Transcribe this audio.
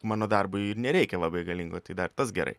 mano darbui ir nereikia labai galingo tai dar tas gerai